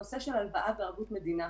הנושא של הלוואה בערבות מדינה,